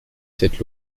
cette